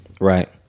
Right